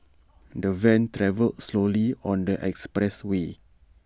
the van travelled slowly on the expressway